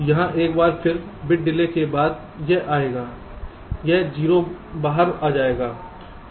तो यहाँ एक बार फिर बिट डिले के बाद यह आएगा यह 0 बाहर आ जाएगा